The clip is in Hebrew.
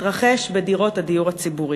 מתרחש בדירות הדיור הציבורי.